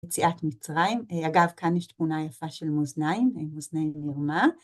יציאת מצרים. אגב, כאן יש תמונה יפה של מאזניים, מאזניים לרמה.